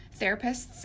Therapists